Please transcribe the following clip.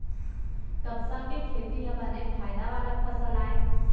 कपसा के खेती ह बने फायदा वाला फसल आय